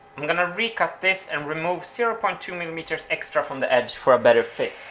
i'm gonna re-cut this and remove zero point two millimeters extra from the edge for a better fit.